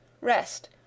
Rest